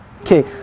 Okay